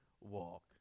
walk